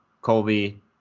Colby